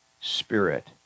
Spirit